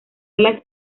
las